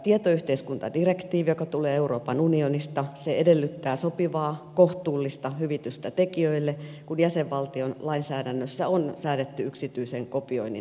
tietoyhteiskuntadirektiivi joka tulee euroopan unionista edellyttää sopivaa kohtuullista hyvitystä tekijöille kun jäsenvaltion lainsäädännössä on säädetty yksityisen kopioinnin rajoitus